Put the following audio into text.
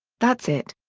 that's it.